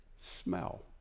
smell